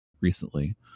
recently